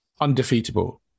undefeatable